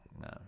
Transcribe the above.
no